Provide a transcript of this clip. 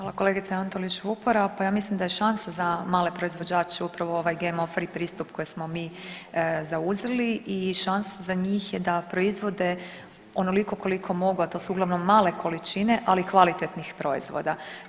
Hvala kolegice Antolić Vupora, pa ja mislim da je šansa za male proizvođače upravo ovaj GMO free pristup koji smo mi zauzeli i šansa za njih je da proizvode onoliko koliko mogu, a to su uglavnom male količine, ali kvalitetnih proizvoda.